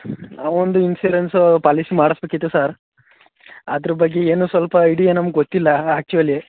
ಒಂದು ಇನ್ಶೂರೆನ್ಸೂ policy ಮಾಡಿಸ್ಬೇಕಿತ್ತು sir ಅದ್ರ ಬಗ್ಗೆ ಏನೂ ಸ್ವಲ್ಪ ಐಡಿಯಾ ನಮ್ಗೆ ಗೊತ್ತಿಲ್ಲ ಆ್ಯಕ್ಚುವಲಿ